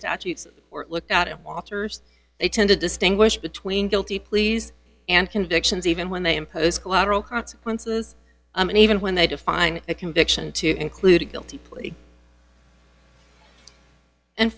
statutes or look at it they tend to distinguish between guilty pleas and convictions even when they impose collateral consequences and even when they define a conviction to include a guilty plea and